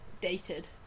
dated